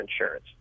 insurance